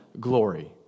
glory